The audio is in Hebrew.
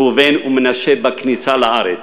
ראובן ומנשה בכניסה לארץ: